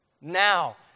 Now